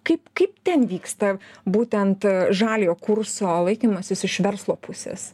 kaip kaip ten vyksta būtent žaliojo kurso laikymasis iš verslo pusės